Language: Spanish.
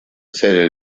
ser